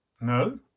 No